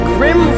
Grim